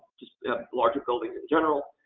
just larger buildings in general.